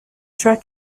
track